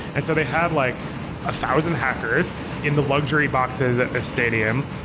and so they had like a thousand hackers in the luxury boxes at stadium.